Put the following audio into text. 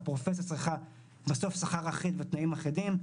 והפרופסיה צריכה בסוף שכר אחיד ותנאים אחידים.